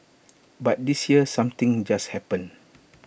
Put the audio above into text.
but this year something just happened